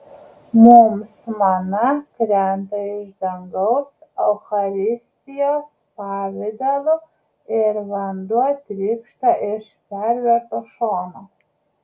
mums mana krenta iš dangaus eucharistijos pavidalu ir vanduo trykšta iš perverto šono